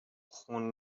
خون